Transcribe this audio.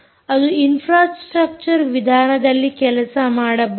ಅದು ಇನ್ಫ್ರಾಸ್ಟ್ರಕ್ಚರ್ ವಿಧಾನದಲ್ಲಿ ಕೆಲಸ ಮಾಡಬಹುದು